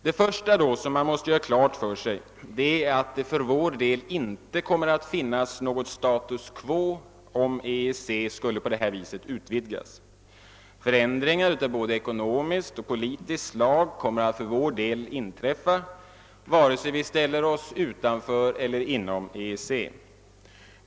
Det första som man då måste göra klart för sig är att det för vår del inte kommer att finnas något status quo om EEC skulle utvidgas. Förändringar av både ekonomiskt och politiskt slag kommer att inträffa för vår del, vare sig vi ställer oss utanför eller inom EEC.